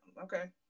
okay